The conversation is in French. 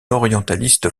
orientaliste